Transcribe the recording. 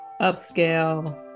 upscale